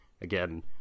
again